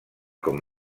com